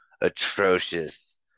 atrocious